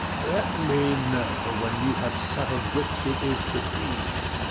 let me know when you have settled which it is to be,